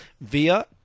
via